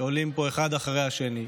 שעולים פה אחד אחרי השני.